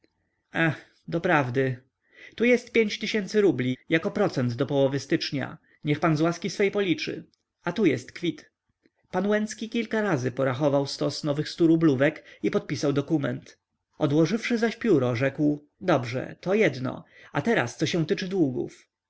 ehe doprawdy tu jest pięć tysięcy rubli jako procent do połowy stycznia niech pan z łaski swej policzy a tu jest kwit pan łęcki kilka razy porachował stos nowych sturublówek i podpisał dokument odłożywszy zaś pióro rzekł dobrze to jedno a teraz co się tyczy długów